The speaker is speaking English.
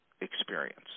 experience